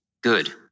good